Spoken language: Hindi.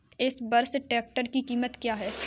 इस समय ट्रैक्टर की कीमत क्या है?